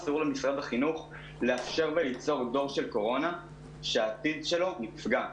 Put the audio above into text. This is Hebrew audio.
אסור למשרד החינוך לאפשר וליצור דור של קורונה שהעתיד שלו נפגע.